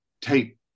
take